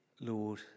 Lord